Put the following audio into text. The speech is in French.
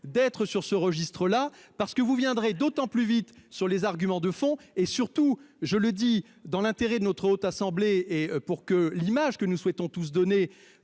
d'être sur ce registre-là parce que vous viendrez d'autant plus vite sur les arguments de fond et surtout je le dis dans l'intérêt de notre haute assemblée. Et pour que l'image que nous souhaitons tous donné